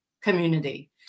community